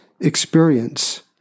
experience